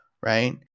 right